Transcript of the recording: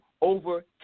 over